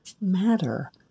matter